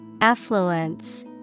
Affluence